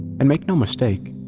and make no mistake,